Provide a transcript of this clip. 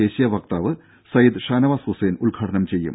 ദേശീയ വക്താവ് സയ്യിദ് ഷാനവാസ് ഹുസൈൻ ഉദ്ഘാടനം ചെയ്യും